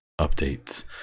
updates